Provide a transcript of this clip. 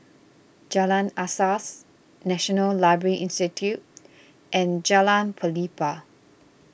Jalan Asas National Library Institute and Jalan Pelepah